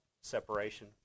separation